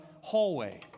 hallway